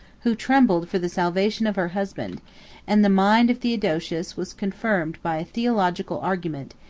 who trembled for the salvation of her husband and the mind of theodosius was confirmed by a theological argument,